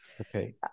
okay